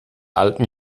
alten